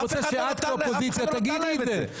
אני רוצה השאת כאופוזיציה תגידי את זה.